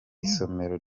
isomero